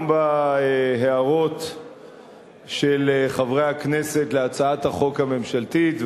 בהערות של חברי הכנסת על הצעת החוק הממשלתית,